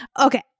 Okay